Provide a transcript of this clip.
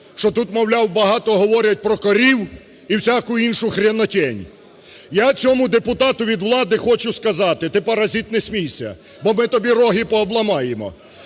що тут, мовляв, багато говорять про корів і всяку іншу хренотень. Я цьому депутату від влади хочу сказати. Ти, паразит, не смійся, бо ми тобі роги обламаємо.